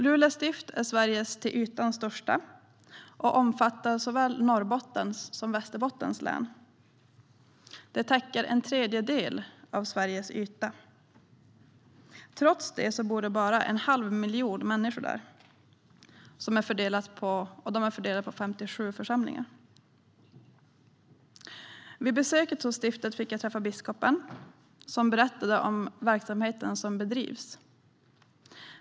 Luleå stift är Sveriges till ytan största stift, och det omfattar såväl Norrbottens som Västerbottens län. Det täcker en tredjedel av Sveriges yta. Trots det bor bara en halv miljon människor där, och de är fördelade på 57 församlingar. Vid besöket hos stiftet fick jag träffa biskopen, som berättade om verksamheten som bedrivs i stiftet.